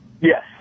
Yes